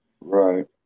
Right